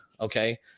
okay